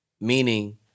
Meaning